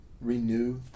renew